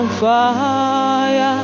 fire